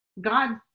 God